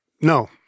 no